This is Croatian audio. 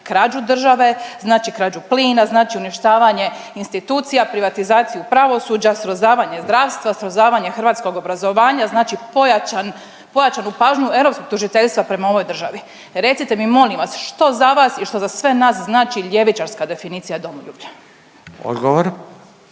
krađu države, znači krađu plina, znači uništavanje institucija, privatizaciju pravosuđa, srozavanje zdravstva, srozavanje hrvatskog obrazovanja, znači pojačanu pažnju europskog tužiteljstva prema ovoj državi. Recite mi molim vas, što za vas i što za sve nas ljevičarska definicija domoljublja? **Radin,